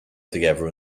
together